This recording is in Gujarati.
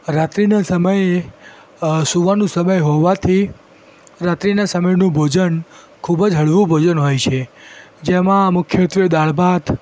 રાત્રિના સમયે અ સુવાનું સમય હોવાથી રાત્રિના સમયનું ભોજન ખૂબ જ હળવું ભોજન હોય છે જેમાં મુખ્યત્તવે દાળભાત